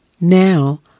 Now